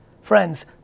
friends